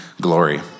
glory